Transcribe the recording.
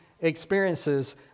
Experiences